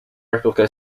replica